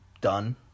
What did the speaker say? done